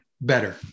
better